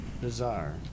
bizarre